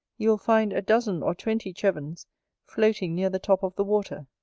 you will find a dozen or twenty chevens floating near the top of the water.